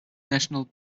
national